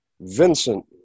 Vincent